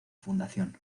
fundación